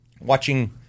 watching